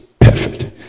perfect